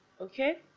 Okay